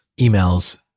emails